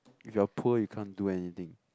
if you're poor you can't do anything